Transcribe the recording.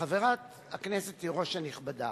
חברת הכנסת תירוש הנכבדה,